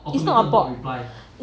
it's not bot